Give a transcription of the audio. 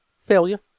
failure